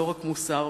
לא רק מוסר,